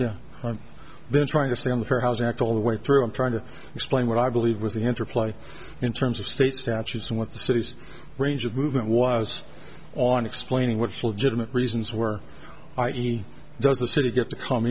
yes i've been trying to stay on the fair housing act all the way through i'm trying to explain what i believe with the interplay in terms of state statutes and what the city's range of movement was on on explaining what's legitimate reasons were i e does the city get to c